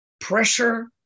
pressure